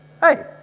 Hey